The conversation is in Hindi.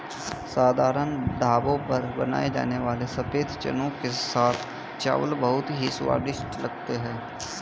साधारण ढाबों पर बनाए जाने वाले सफेद चने के साथ चावल बहुत ही स्वादिष्ट लगते हैं